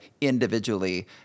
individually